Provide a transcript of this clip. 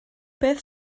beth